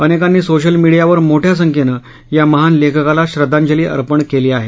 अनेकांनी सोशल मिडियावर मोठ्या संख्येनं या महान लेखकाला श्रद्धांजली अर्पण केली आहे